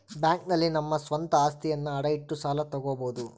bank ನಲ್ಲಿ ನಮ್ಮ ಸ್ವಂತ ಅಸ್ತಿಯನ್ನ ಅಡ ಇಟ್ಟು ಸಾಲ ತಗೋಬೋದು